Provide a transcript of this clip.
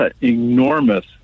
enormous